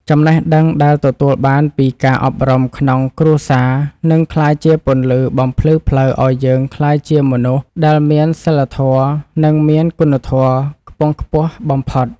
ចំណេះដឹងដែលទទួលបានពីការអប់រំក្នុងគ្រួសារនឹងក្លាយជាពន្លឺបំភ្លឺផ្លូវឱ្យយើងក្លាយជាមនុស្សដែលមានសីលធម៌និងមានគុណធម៌ខ្ពង់ខ្ពស់បំផុត។